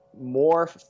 more